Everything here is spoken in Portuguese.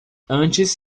antes